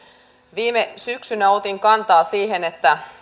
viime syksynä otin kantaa siihen että